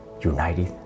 united